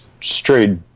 straight